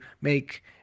make